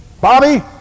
Bobby